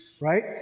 Right